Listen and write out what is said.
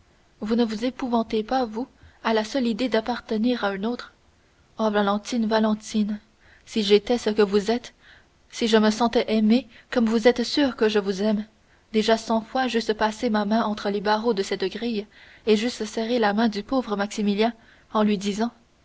vous ne vous épouvantez pas vous à la seule idée d'appartenir à un autre oh valentine valentine si j'étais ce que vous êtes si je me sentais aimé comme vous êtes sûre que je vous aime déjà cent fois j'eusse passé ma main entre les barreaux de cette grille et j'eusse serré la main du pauvre maximilien en lui disant